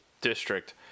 district